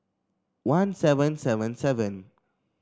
one seven seven seven